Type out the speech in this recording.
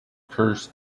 curse